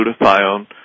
glutathione